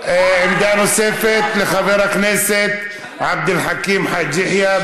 עמדה נוספת לחבר הכנסת עבד אל חכים חאג' יחיא,